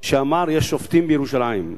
שאמר: יש שופטים בירושלים.